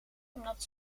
omdat